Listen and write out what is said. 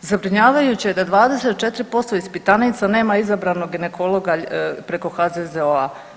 Zabrinjavajuće je da 24% ispitanica nema izabranog ginekologa preko HZZO-a.